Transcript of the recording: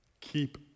Keep